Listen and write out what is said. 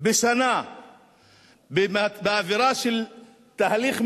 בשנה באווירה של תהליך מדיני,